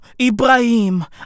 Ibrahim